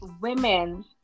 women